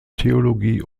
theologie